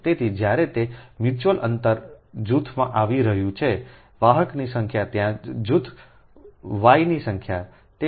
તેથી જ્યારે તે મ્યુચ્યુઅલ અંતર જૂથમાં આવી રહ્યું છે વાહકની સંખ્યા ત્યાં જૂથ વાયની સંખ્યા છે